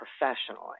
professionally